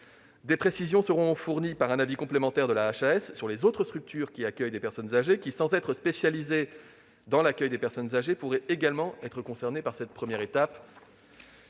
Des précisions seront fournies dans un avis complémentaire de la HAS sur les autres structures qui accueillent des personnes âgées et qui, sans être spécialisées dans l'accueil de ces dernières, pourraient également être concernées par cette première étape.